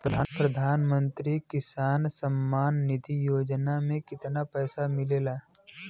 प्रधान मंत्री किसान सम्मान निधि योजना में कितना पैसा मिलेला?